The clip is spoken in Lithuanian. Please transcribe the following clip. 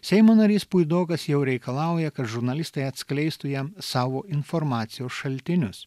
seimo narys puidokas jau reikalauja kad žurnalistai atskleistų jam savo informacijos šaltinius